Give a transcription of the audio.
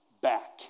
back